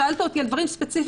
שאלתי אותי על דברים ספציפיים.